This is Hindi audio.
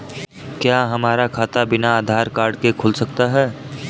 क्या हमारा खाता बिना आधार कार्ड के खुल सकता है?